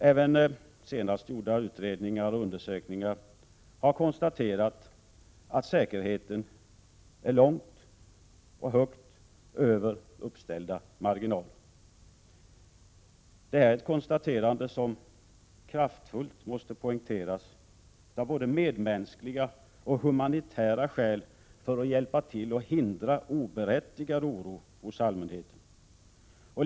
Även senast gjorda utredningar och undersökningar har konstaterat att säkerheten ligger på en nivå högt över uppställda krav. Det är ett konstaterande som kraftfullt måste poängteras av både medmänskliga och humanitära skäl för att hjälpa till att hindra oberättigad oro hos allmänheten.